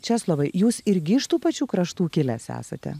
česlovai jūs irgi iš tų pačių kraštų kilęs esate